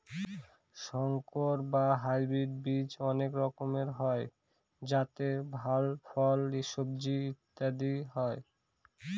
সংকর বা হাইব্রিড বীজ অনেক রকমের হয় যাতে ভাল ফল, সবজি ইত্যাদি হয়